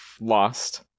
lost